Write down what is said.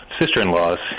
Sister-in-laws